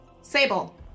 Sable